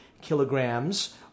kilograms